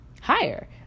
higher